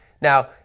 Now